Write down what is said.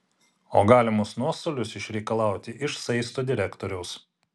o galimus nuostolius išreikalauti iš saisto direktoriaus